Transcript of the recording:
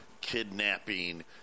kidnapping